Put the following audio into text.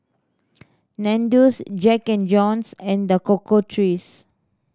Nandos Jack and Jones and The Cocoa Trees